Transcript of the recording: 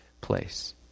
place